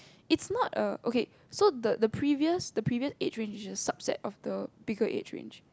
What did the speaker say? its not a okay so the the previous the previous age range is a subset of the bigger age range